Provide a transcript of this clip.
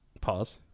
Pause